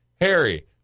harry